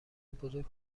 بزرگ